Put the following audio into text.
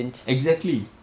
exactly